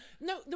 No